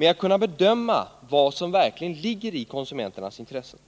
att kunna bedöma vad som verkligen ligger i konsumenternas intressen.